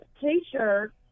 t-shirt